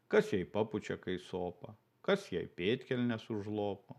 kas jei papučia kai sopa kas jei pėdkelnes užlopo